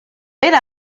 era